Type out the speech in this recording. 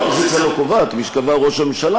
האופוזיציה לא קובעת, מי שקבע הוא ראש הממשלה.